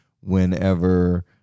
whenever